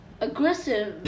aggressive